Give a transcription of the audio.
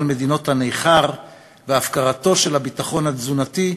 מדינות נכר והפקרתו של הביטחון התזונתי,